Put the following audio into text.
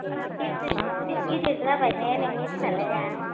दे बेसे गिदिर गिदिर जाबाय ने नोंनि फिसाज्लाया